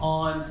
on